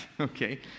okay